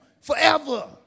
forever